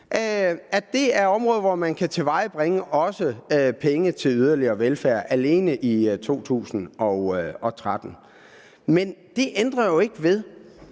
ned på udviklingsbistanden, kan tilvejebringe penge til yderligere velfærd alene i 2013. Men det ændrer ikke ved,